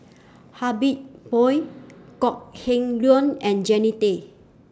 Habib Noh Kok Heng Leun and Jannie Tay